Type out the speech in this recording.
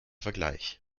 vergleich